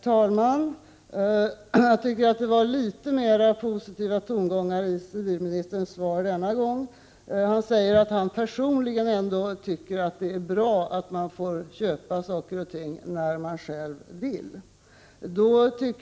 Herr talman! Det var litet mera av positiva tongångar i civilministerns svar — 13 oktober 1988 denna gång. Han säger att han ändå personligen tycker att det är bra att man får köpa saker och ting när man själv vill det.